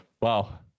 Wow